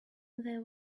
there